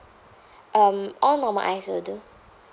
um all normal ice will do